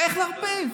זה נורא ואיום.